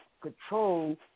control